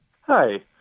hi